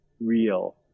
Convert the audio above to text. real